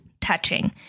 touching